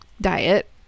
diet